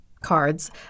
cards